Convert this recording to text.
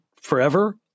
forever